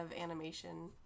animation